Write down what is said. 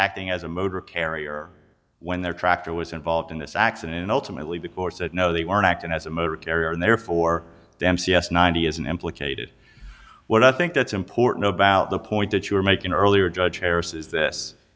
acting as a motor carrier when there tractor was involved in this accident and ultimately the court said no they are acting as a motor carrier and therefore dempsey yes ninety isn't implicated what i think that's important about the point that you were making earlier judge harris is this